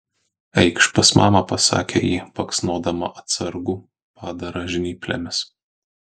eikš pas mamą pasakė ji baksnodama atsargų padarą žnyplėmis